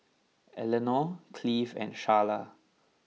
Elenor Cleave and Charla